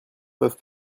peuvent